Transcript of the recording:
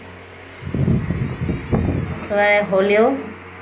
হ'লেও